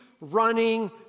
running